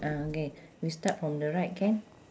ah okay we start from the right can